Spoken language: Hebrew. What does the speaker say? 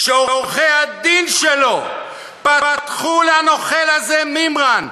שעורכי-הדין שלו פתחו לנוכל הזה, מימרן,